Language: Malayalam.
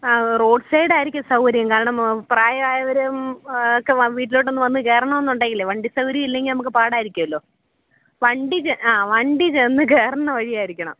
ആ റോഡ് സൈഡായിരിക്കും സൗകര്യം കാരണം പ്രായമായവരും ഒക്കെ വ വീട്ടിലോട്ടൊന്നു വന്നു കയറണമെന്നുണ്ടെങ്കിലേ വണ്ടി സൗകര്യമില്ലെങ്കിൽ നമുക്ക് പാടായിരിക്കുമല്ലോ വണ്ടി ചെ ആ വണ്ടി ചെന്നു കയറുന്ന വഴിയായിരിക്കണം